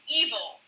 evil